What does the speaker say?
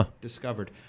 discovered